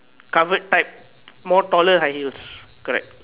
covered type more taller high heels correct